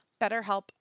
BetterHelp